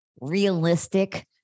realistic